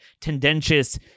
tendentious